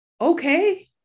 okay